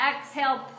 Exhale